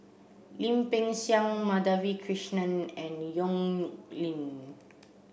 Lim Peng Siang Madhavi Krishnan and Yong Lin